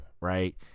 right